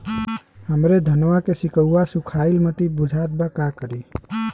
हमरे धनवा के सीक्कउआ सुखइला मतीन बुझात बा का करीं?